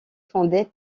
fondée